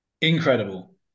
Incredible